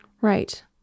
Right